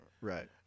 Right